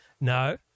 no